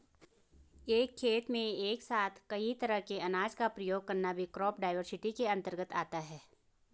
एक खेत में एक साथ कई तरह के अनाज का प्रयोग करना भी क्रॉप डाइवर्सिटी के अंतर्गत आता है